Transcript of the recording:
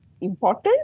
important